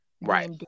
Right